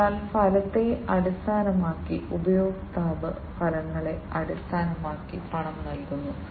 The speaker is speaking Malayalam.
അതിനാൽ ഫലത്തെ അടിസ്ഥാനമാക്കി ഉപഭോക്താവ് ഫലങ്ങളെ അടിസ്ഥാനമാക്കി പണം നൽകുന്നു